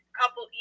couple